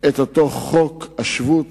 את חוק השבות